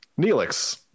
Neelix